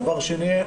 דבר שני,